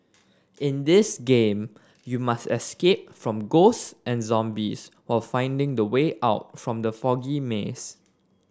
in this game you must escape from ghost and zombies while finding the way out from the foggy maze